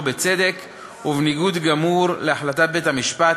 בצדק ובניגוד גמור להחלטת בית-המשפט,